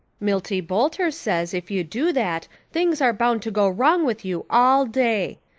milty boulter says if you do that things are bound to go wrong with you all day.